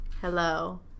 Hello